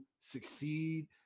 succeed